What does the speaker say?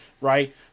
right